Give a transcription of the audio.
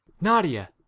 nadia